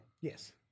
Yes